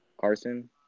Carson